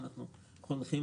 אני מתנצלת.